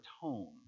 tone